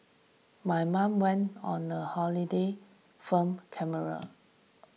my mom went on a holiday film camera